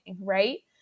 right